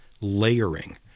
layering